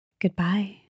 Goodbye